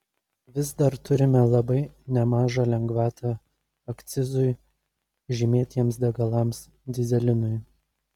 vis dar turime labai nemažą lengvatą akcizui žymėtiems degalams dyzelinui